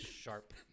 sharp